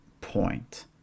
point